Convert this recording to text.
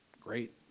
Great